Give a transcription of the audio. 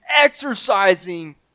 exercising